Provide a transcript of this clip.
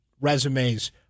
resumes